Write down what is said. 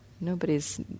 Nobody's